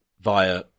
via